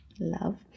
Love